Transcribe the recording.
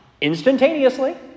instantaneously